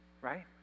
right